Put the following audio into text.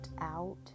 out